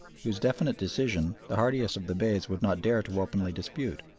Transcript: whose definite decision the hardiest of the beys would not dare to openly dispute,